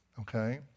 Okay